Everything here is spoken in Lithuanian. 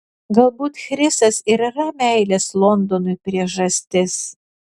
galbūt chrisas ir yra meilės londonui priežastis